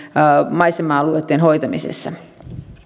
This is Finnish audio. maisema alueitten hoitamisessa